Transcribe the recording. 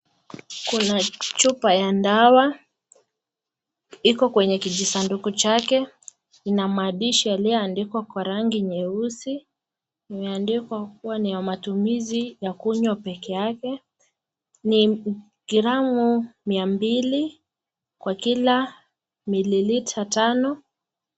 Kuna chupa ya dawa iko kwenye kijisanduku chake na maandishi yalio andikwa kwa rangi nyeusi imeandikwa kuwa ni ya matumizi ya kunywa pekee yake ni gramu mia mbili kwa kila mililita tano.